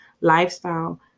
lifestyle